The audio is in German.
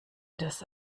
des